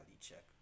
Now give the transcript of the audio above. check